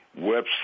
website